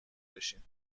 بشین